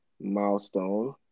milestone